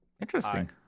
Interesting